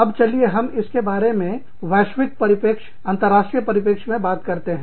अब चलिए हम इसके बारे में वैश्विक परिप्रेक्ष्य अंतरराष्ट्रीय परिप्रेक्ष्य से बात करते हैं